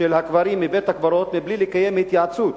של הקברים מבית-הקברות בלי לקיים התייעצות